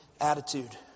attitude